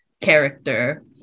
character